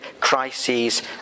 crises